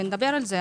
ונדבר על זה.